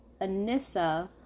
Anissa